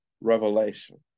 revelation